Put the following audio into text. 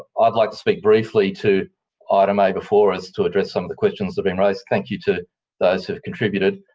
i'd like to speak briefly to item a before us, to address some of the questions that have been raised. thank you to those who have contributed.